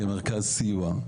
כמרכז סיוע.